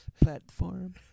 platform